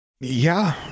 Yeah